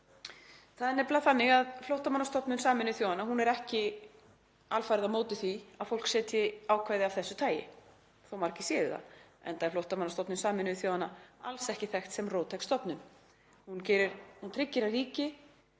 Það er nefnilega þannig að Flóttamannastofnun Sameinuðu þjóðanna er ekki alfarið á móti því að fólk setji ákvæði af þessu tagi þó að margir séu það, enda er Flóttamannastofnun Sameinuðu þjóðanna alls ekki þekkt fyrir að vera róttæk stofnun. Hún tryggir að ríki